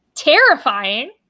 Terrifying